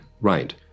Right